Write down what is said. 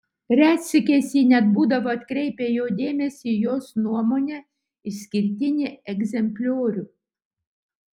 retsykiais ji net būdavo atkreipia jo dėmesį į jos nuomone išskirtinį egzempliorių